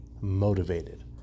motivated